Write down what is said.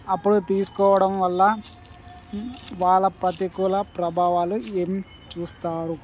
అప్పులు తీసుకోవడం వల్ల వాళ్ళ పతికూల ప్రభావాలు ఏం చూస్తారు